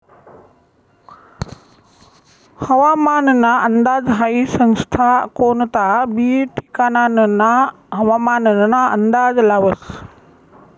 हवामानना अंदाज हाई संस्था कोनता बी ठिकानना हवामानना अंदाज लावस